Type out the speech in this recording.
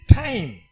time